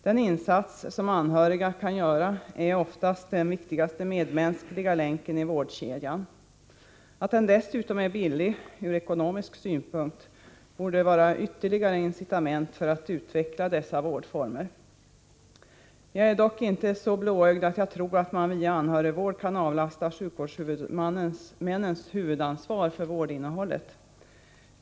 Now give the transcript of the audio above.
Den insats som anhöriga kan göra är oftast den viktigaste medmänskliga länken i vårdkedjan. Att den dessutom är billig ur ekonomisk synpunkt borde vara ytterligare ett incitament för att utveckla dessa vårdformer. Jag är dock inte så blåögd att jag tror att man via anhörigvård kan avlasta sjukvårdshuvudmännen deras huvudansvar för vårdinnehållet.